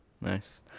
nice